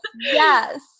Yes